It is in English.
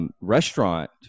Restaurant